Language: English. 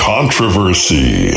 controversy